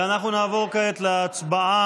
ואנחנו נעבור כעת להצבעה.